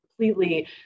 completely